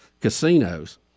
casinos